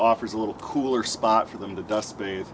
offers a little cooler spot for them to dust